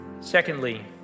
Secondly